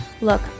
Look